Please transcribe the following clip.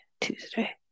tuesday